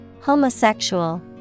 Homosexual